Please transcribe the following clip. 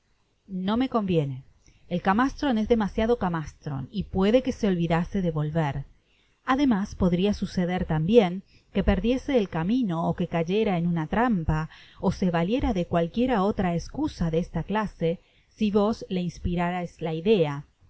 no me conviene el camastron es demasiado camastron y puede que se olvidase de volver además podria suceder tambien que perdiese el camino ó que cayera en una trampa ó se valiera de cualquiera otra escusa de esta clase si vos le inspiráis la idea